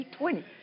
2020